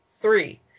three